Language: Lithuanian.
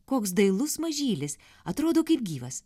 koks dailus mažylis atrodo kaip gyvas